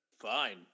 fine